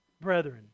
brethren